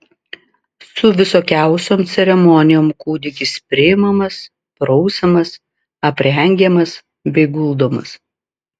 su visokiausiom ceremonijom kūdikis priimamas prausiamas aprengiamas bei guldomas